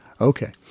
okay